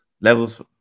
Levels